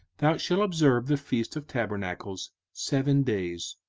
thou shalt observe the feast of tabernacles seven days,